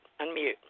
Unmute